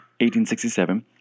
1867